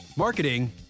Marketing